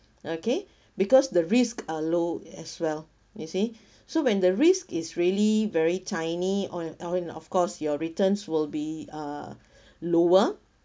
okay because the risks are low as well you see so when the risk is really very tiny or our of course your returns will be uh lower